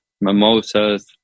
mimosas